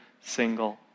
single